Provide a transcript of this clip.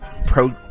Pro